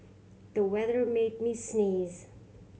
the weather made me sneeze